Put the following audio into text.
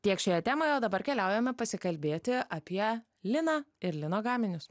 tiek šioje temoje o dabar keliaujame pasikalbėti apie liną ir lino gaminius